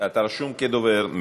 אתה רשום כדובר.